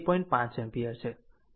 5 ampere છે